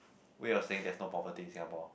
we all saying there is no poverty in Singapore